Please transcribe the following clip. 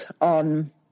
on